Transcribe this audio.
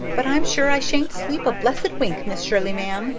but i'm sure i shan't sleep a blessed wink, miss shirley, ma'am,